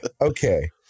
okay